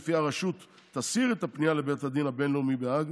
שלפיה הרשות תסיר את הפנייה לבית הדין הבין-לאומי בהאג,